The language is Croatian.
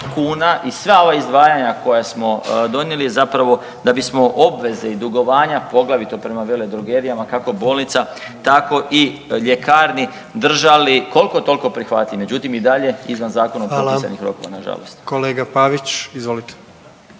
kuna i sva ova izdvajanja koja smo donijeli zapravo da bismo obveze i dugovanja, poglavito prema veledrogerijama, kako bolnica tako i ljekarni držali kolko tolko prihvatljivim, međutim i dalje izvan zakonom propisanih rokova nažalost. **Jandroković, Gordan